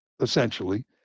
essentially